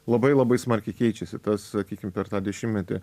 labai labai smarkiai keičiasi tas sakykim per tą dešimtmetį